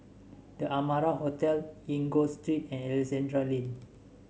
The Amara Hotel Enggor Street and Alexandra Lane